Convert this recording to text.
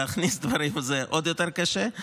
להכניס את הדברים זה עוד יותר קשה.